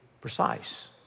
precise